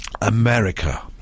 America